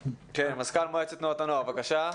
בבקשה.